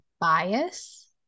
bias